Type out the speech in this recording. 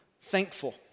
thankful